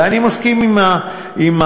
ואני מסכים עם זה.